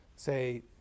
say